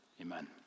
amen